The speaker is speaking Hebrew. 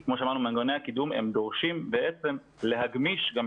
כי כמו שאמרנו מנגנוני הקידום דורשים בעצם להגמיש את